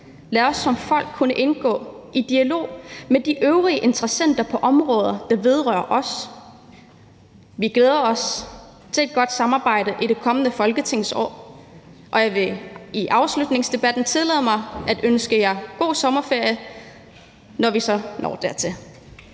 Lad os som folk kunne indgå i dialog med de øvrige interessenter på områder, der vedrører os. Vi glæder os til et godt samarbejde i det kommende folketingsår. Og jeg vil her i afslutningsdebatten tillade mig at ønske jer god sommerferie, når vi når dertil.